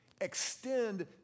Extend